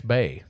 Bay